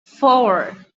four